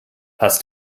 hast